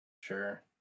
Sure